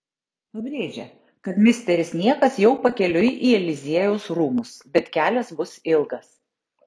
pabrėžia kad misteris niekas jau pakeliui į eliziejaus rūmus bet kelias bus ilgas